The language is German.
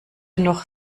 noch